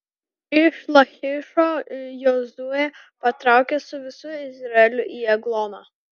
iš lachišo jozuė patraukė su visu izraeliu į egloną